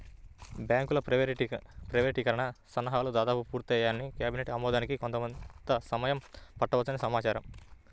బ్యాంకుల ప్రైవేటీకరణకి సన్నాహాలు దాదాపు పూర్తయ్యాయని, కేబినెట్ ఆమోదానికి కొంత సమయం పట్టవచ్చని సమాచారం